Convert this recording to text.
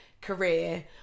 career